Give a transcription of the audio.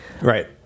right